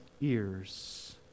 ears